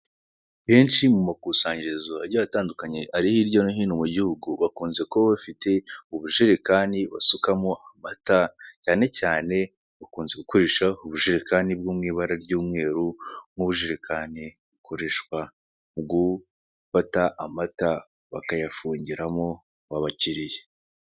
Henshi mu makusanyirizo agiye atandukanye ari hirya no hino mu gihugu bakunze kuba bafite ubujerekani basukamo amata, cyane cyane bakunze gukoresha ubujerekani bwo mw'ibara ry'umweru nk'ubujerekani bukoreshwa mu gufata amata bakayafungiramo abakiriya.